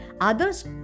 others